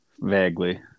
Vaguely